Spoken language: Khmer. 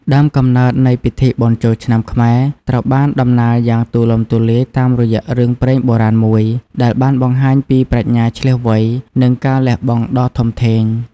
ដើមកំណើតនៃពិធីបុណ្យចូលឆ្នាំខ្មែរ ត្រូវបានតំណាលយ៉ាងទូលំទូលាយតាមរយៈរឿងព្រេងបុរាណមួយ ដែលបានបង្ហាញពីប្រាជ្ញាឈ្លាសវៃ និងការលះបង់ដ៏ធំធេង។